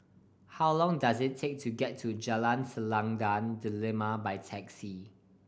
how long does it take to get to Jalan Selendang Delima by taxi